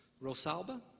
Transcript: Rosalba